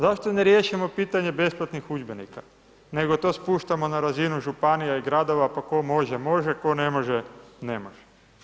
Zašto ne riješimo pitanje besplatnih udžbenika nego spuštamo na razinu županija i gradova pa tko može, može, tko ne može, ne može.